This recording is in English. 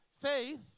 faith